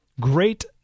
Great